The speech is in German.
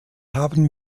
haben